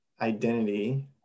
identity